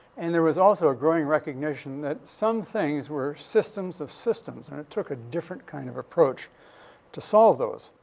and there was also a growing recognition that some things were systems of systems. and it took a different kind of approach to solve those.